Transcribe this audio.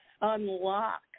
unlock